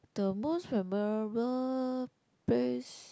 the most memorable place